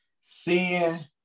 seeing